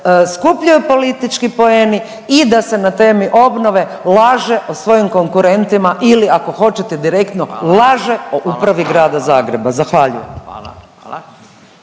skupljaju politički poeni i da se na temi obnove laže o svojim konkurentima ili ako hoćete direktno …/Upadica Radin: Hvala./…